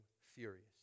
furious